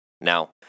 Now